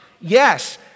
Yes